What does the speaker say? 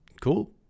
Cool